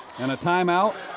and a time-out